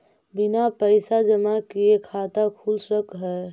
बिना पैसा जमा किए खाता खुल सक है?